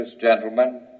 gentlemen